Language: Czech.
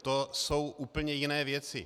To jsou úplně jiné věci.